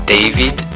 David